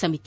ಸಮಿತಿ